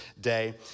day